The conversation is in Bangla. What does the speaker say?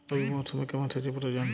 রবি মরশুমে কেমন সেচের প্রয়োজন?